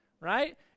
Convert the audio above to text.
right